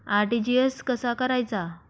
RTGS कसा करायचा?